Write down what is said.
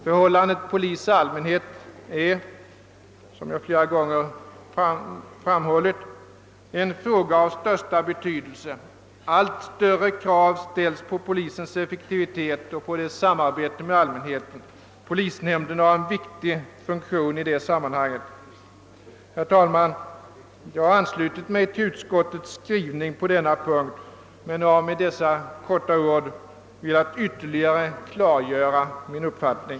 Förhållandet mellan polis och allmänhet är som jag flera gånger framhållit en fråga av största betydelse. Allt större krav ställs på polisens effektivitet och på dess samarbete med allmänheten. Polisnämnderna har en viktig funktion att fylla i detta sammanhang. Herr talman! Jag har anslutit mig till utskottets skrivning på denna punkt men har med mina ord ytterligare velat klargöra min uppfattning.